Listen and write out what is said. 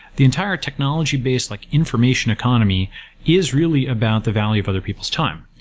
the entire technology base like information economy is really about the value of other people's time.